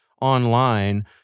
online